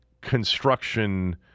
construction